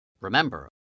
Remember